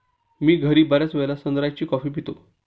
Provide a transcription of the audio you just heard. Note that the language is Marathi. मी घरी बर्याचवेळा सनराइज ची कॉफी पितो